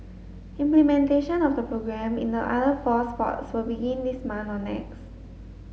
implementation of the programme in the other four sports will begin this month or next